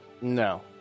No